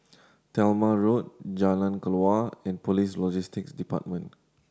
Talma Road Jalan Kelawar and Police Logistics Department